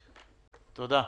תודה.